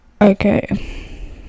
Okay